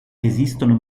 esistono